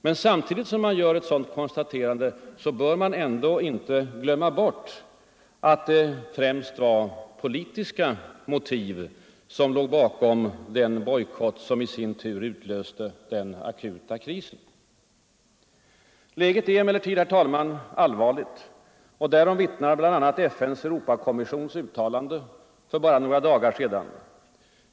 Men samtidigt som man gör ett sådant konstaterande bör man ändå inte glömma att det inte var marknadskrafterna utan främst politiska motiv som låg bakom den bojkott som i sin tur utlöste den akuta krisen. Läget är allvarligt. Därom vittnar bl.a. FN:s Europakommissions uttalande för bara några dagar sedan.